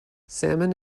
salmon